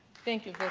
thank you